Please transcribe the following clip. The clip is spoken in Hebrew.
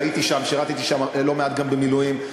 חייתי שם ושירתי שם לא מעט גם במילואים.